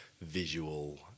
visual